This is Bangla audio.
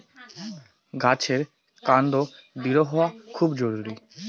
গাছের কান্ড দৃঢ় হওয়া খুব জরুরি